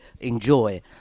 enjoy